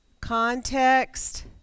Context